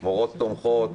מורות תומכות,